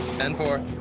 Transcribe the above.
ten four.